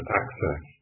access